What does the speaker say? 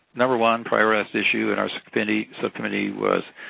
number one priority issue in our subcommittee subcommittee was